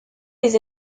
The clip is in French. des